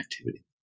activity